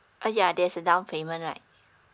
uh yeah there's a down payment right